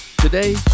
Today